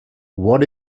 what